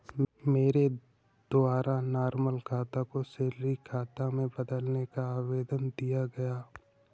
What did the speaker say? मेरे द्वारा नॉर्मल खाता को सैलरी खाता में बदलने का आवेदन दिया गया